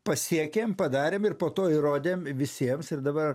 pasiekėm padarėm ir po to įrodėm visiems ir dabar